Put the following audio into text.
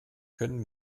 können